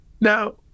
Now